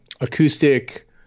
Acoustic